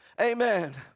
Amen